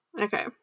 Okay